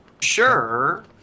Sure